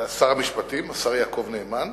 שר המשפטים, השר יעקב נאמן,